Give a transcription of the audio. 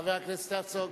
חבר הכנסת הרצוג.